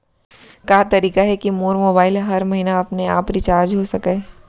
का तरीका हे कि मोर मोबाइल ह हर महीना अपने आप रिचार्ज हो सकय?